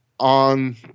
on